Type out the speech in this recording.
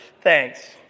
Thanks